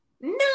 No